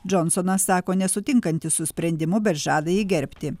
džonsonas sako nesutinkantis su sprendimu bet žada jį gerbti